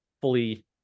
fully